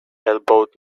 elbowed